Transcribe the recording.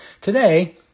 today